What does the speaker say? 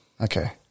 Okay